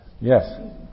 Yes